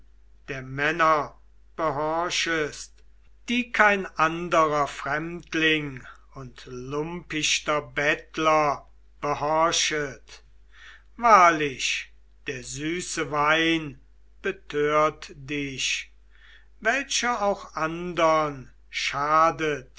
der männer behorchest die kein anderer fremdling und lumpichter bettler behorchet wahrlich der süße wein betört dich welcher auch andern schadet